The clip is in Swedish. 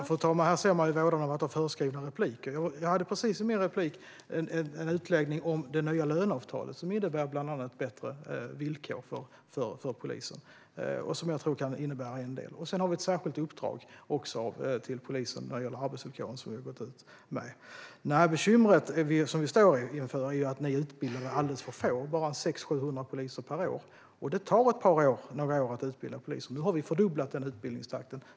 Fru talman! Här ser man vådan av att skriva sina anföranden i förväg. I mitt anförande hade jag en utläggning om det nya löneavtalet som innebär bland annat bättre villkor för polisen. Det tror jag kan innebära en del. Sedan har vi ett särskilt uppdrag till polisen när det gäller arbetsvillkoren. Det bekymmer som vi står inför är att ni utbildade alldeles för få poliser - bara 600-700 poliser per år. Det tar några år att utbilda poliser. Nu har vi fördubblat denna utbildningstakt.